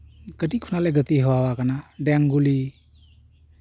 ᱠᱟᱹᱴᱤᱡ ᱠᱷᱚᱱᱟᱜ ᱞᱮ ᱜᱟᱛᱮ ᱦᱮᱣᱟᱣᱟᱠᱟᱱᱟ ᱰᱮᱢ ᱜᱩᱞᱤ